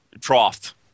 trough